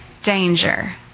Danger